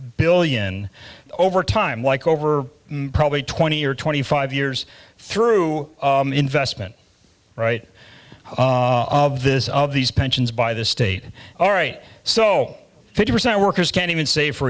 billion over time like over probably twenty or twenty five years through the investment right of this of these pensions by the state all right so fifty percent of workers can't even save for